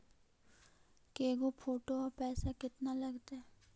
के गो फोटो औ पैसा केतना लगतै?